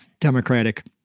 Democratic